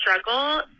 struggle